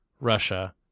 Russia